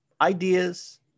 Ideas